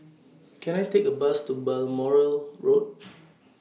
Can I Take A Bus to Balmoral Road